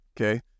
Okay